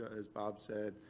as bob said.